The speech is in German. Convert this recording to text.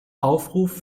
aufruf